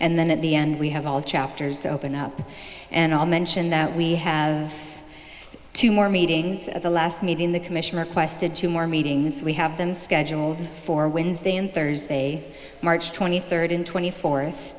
and then at the end we have all chapters open up and i'll mention that we have two more meetings of the last meeting the commission requested two more meetings we have them scheduled for wednesday and thursday march twenty third and twenty fourth